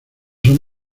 son